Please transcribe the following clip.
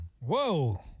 Whoa